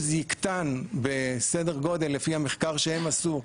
יקטן בסדר גודל לפי המחקר שהם עשו,